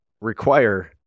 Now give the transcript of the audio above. require